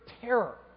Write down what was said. terror